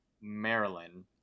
Maryland